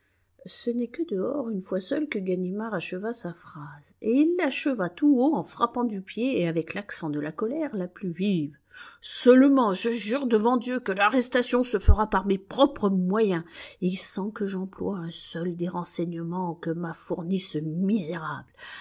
ce n'est que dehors une fois seul que ganimard acheva sa phrase et il l'acheva tout haut en frappant du pied et avec l'accent de la colère la plus vive seulement je jure devant dieu que l'arrestation se fera par mes propres moyens et sans que j'emploie un seul des renseignements que m'a fournis ce misérable